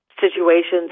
situations